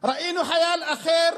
ראינו חייל אחר